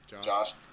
Josh